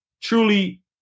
truly